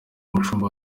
mushumba